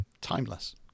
timeless